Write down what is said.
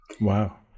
Wow